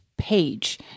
page